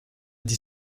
dit